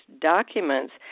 documents